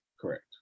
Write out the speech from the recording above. Correct